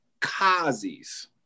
Kazi's